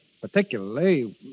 particularly